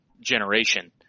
generation